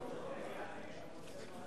הוא רוצה לברך אותי.